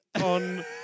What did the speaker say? on